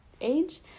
age